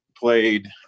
played